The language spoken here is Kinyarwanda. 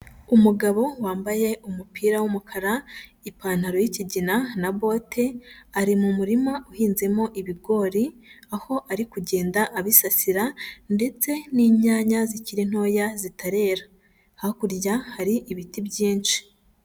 Umugabo wambaye umupira w'umukara, ipantaro y'ikigina na bote ari mu murima uhinzemo ibigori aho ari kugenda abisasira ndetse n'inyanya zikiri ntoya zitarera, hakurya hari ibiti byinshi.